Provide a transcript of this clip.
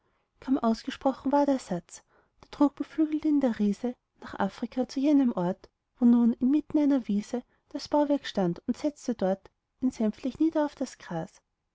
kaum ausgesprochen war der satz da trug beflügelt ihn der riese nach afrika zu jenem ort wo nun inmitten einer wiese das bauwerk stand und setzte dort ihn sänftlich nieder auf das gras